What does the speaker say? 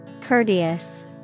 Courteous